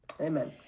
Amen